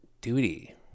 duty